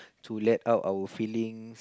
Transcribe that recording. to let out our feeling